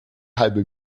halbe